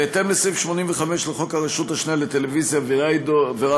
בהתאם לסעיף 85 לחוק הרשות השנייה לטלוויזיה ורדיו,